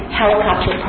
helicopter